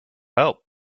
help